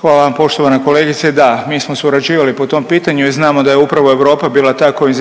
Hvala vam poštovana kolegice. Da, mi smo surađivali po tom pitanju i znamo da je upravo Europa bila ta koja